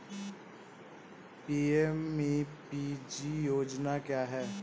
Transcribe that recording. PMEPG योजना क्या है?